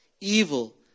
evil